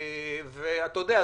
אתה יודע,